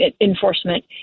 Enforcement